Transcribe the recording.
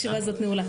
ישיבה זו נעולה.